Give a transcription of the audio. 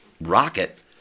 rocket